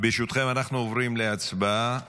ברשותכם אנחנו עוברים להצבעה